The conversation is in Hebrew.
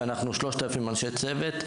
אנחנו 3,000 אנשי צוות,